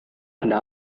ada